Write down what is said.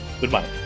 Goodbye